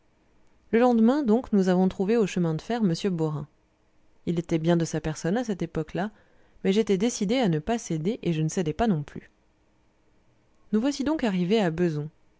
le lendemain donc nous avons trouvé au chemin de fer monsieur beaurain il était bien de sa personne à cette époque-là mais j'étais décidée à ne pas céder et je ne cédai pas non plus nous voici donc arrivés à bezons